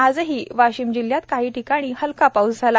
आज वाशिम जिल्ह्यात काही ठिकाणी हलका पाऊस झाला